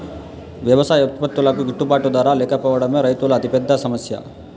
వ్యవసాయ ఉత్పత్తులకు గిట్టుబాటు ధర లేకపోవడమే రైతుల అతిపెద్ద సమస్య